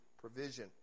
provision